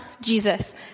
Jesus